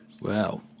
Wow